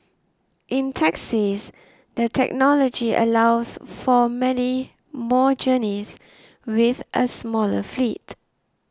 in taxis the technology allows for many more journeys with a smaller fleet